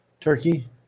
Turkey